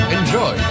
Enjoy